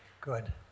good